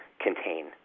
contain